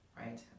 right